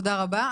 תודה רבה.